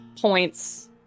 points